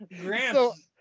Gramps